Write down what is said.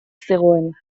zegoen